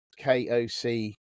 koc